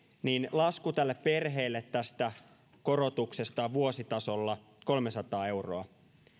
lasku tälle perheelle tästä korotuksesta on vuositasolla kolmesataa euroa